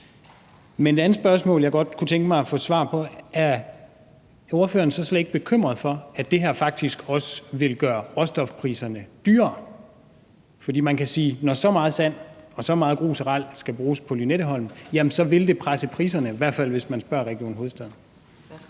Men et andet spørgsmål, jeg godt kunne tænke mig at få svar på, er, om ordføreren så slet ikke er bekymret for, at det her faktisk også vil gøre råstofpriserne dyrere. For man kan sige, at når så meget sand og så meget grus og ral skal bruges på Lynetteholm, jamen så vil det presse priserne – i hvert fald, hvis man spørger Region Hovedstaden.